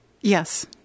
Yes